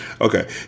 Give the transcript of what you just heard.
Okay